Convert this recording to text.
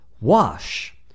Wash